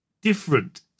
different